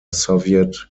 soviet